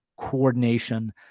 coordination